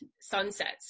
sunsets